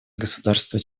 государства